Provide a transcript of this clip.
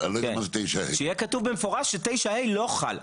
שיהיה כתוב במפורש ש-9(ה) לא חל,